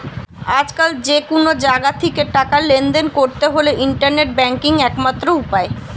আজকাল যে কুনো জাগা থিকে টাকা লেনদেন কোরতে হলে ইন্টারনেট ব্যাংকিং একমাত্র উপায়